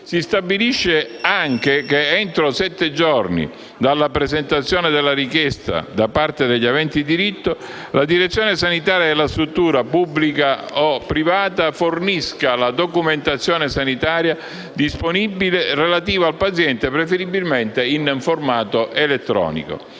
si stabilisce anche che entro sette giorni dalla presentazione della richiesta da parte degli aventi diritto, la direzione sanitaria della struttura (pubblica o privata) fornisca la documentazione sanitaria disponibile relativa al paziente, preferibilmente in formato elettronico.